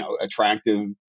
attractive